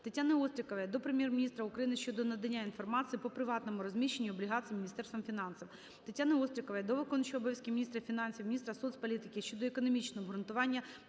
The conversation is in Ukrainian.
Тетяни Острікової до Прем'єр-міністра України щодо надання інформації по приватному розміщенню облігацій Міністерством фінансів. Тетяни Острікової до виконувача обов'язків міністра фінансів, міністра соцполітики щодо економічного обґрунтування